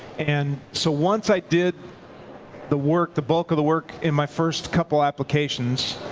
and so once i did the work, the bulk of the work in my first couple applications,